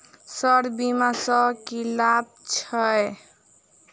Sir बीमा सँ की लाभ छैय?